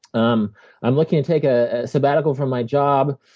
um i'm looking to take a sabbatical from my job.